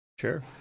Sure